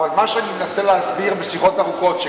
אבל מה שאני מנסה להסביר בשיחות ארוכות זה